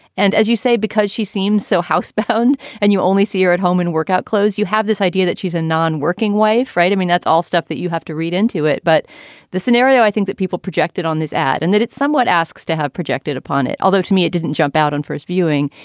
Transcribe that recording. and as you say, because she seems so housebound and you only see her at home in workout clothes, you have this idea that she's a non-working wife, right? i mean, that's all stuff that you have to read into it. but the scenario i think that people projected on this ad and that it's somewhat asks to have projected upon it, although to me it didn't jump out on first viewing,